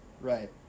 Right